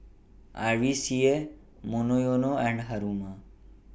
R V C A Monoyono and Haruma